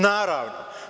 Naravno.